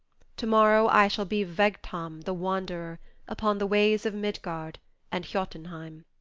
tomorrow i shall be vegtam the wanderer upon the ways of midgard and jotunheim.